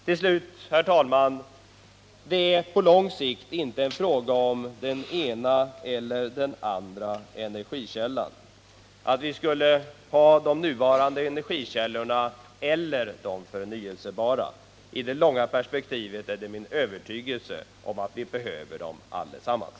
Till slut, herr talman: På lång sikt är det inte fråga om den ena eller den andra energikällan. I det långa perspektivet är det min övertygelse att vi måste finna en mix mellan dem allesammans.